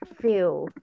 feel